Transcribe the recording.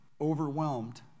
overwhelmed